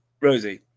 Rosie